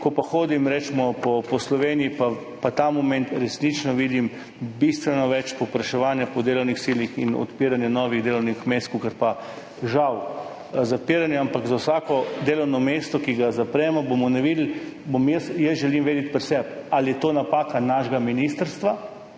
Ko hodim recimo po Sloveniji, pa ta moment resnično vidim bistveno več povpraševanja po delovnih silah in odpiranj novih delovnih mest kakor pa žal zapiranja. Ampak za vsako delovno mesto, ki ga zapremo, želim pri sebi vedeti, ali je to napaka našega ministrstva,